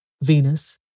Venus